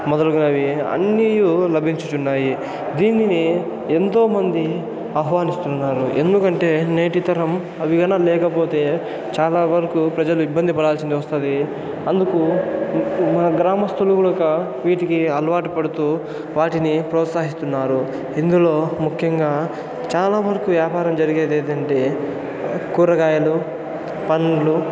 మొదలగునవి అన్నియూ లభించుచున్నాయి దినినే ఎంతోమంది ఆహ్వానిస్తున్నారు ఎందుకంటే నేటితరం అవిగాన లేకపోతే చాలావరకు ప్రజలు ఇబ్బంది పడాల్సిన వస్తుంది అందుకు మా గ్రామస్థులు కూడక వీటికి అలవాటు వాటిని ప్రోత్సాహిస్తున్నారు ఇందులో ముఖ్యంగా చాలావరకు వ్యాపారాలు జరిగేది ఏదంటే కూరగాయలు పండ్లు